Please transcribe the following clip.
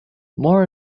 more